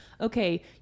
okay